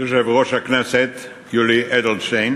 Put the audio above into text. נשיא המדינה שמעון פרס: יושב-ראש הכנסת יולי אדלשטיין,